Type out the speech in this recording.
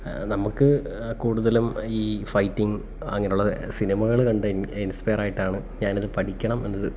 നമുക്ക് കൂടുതലും ഈ ഫൈറ്റിങ് അങ്ങനെയുള്ള സിനിമകൾ കണ്ട് ഇൻ ഇൻസ്പയറായിട്ടാണ് ഞാനത് പഠിക്കണം എന്നത്